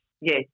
yes